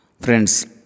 Friends